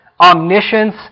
omniscience